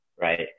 right